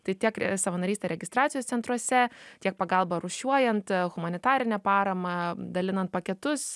tai tiek savanorystė registracijos centruose tiek pagalbą rūšiuojant humanitarinę paramą dalinant paketus